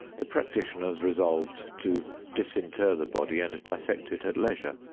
the practitioners resolved to disinter the body and dissect it at leisure,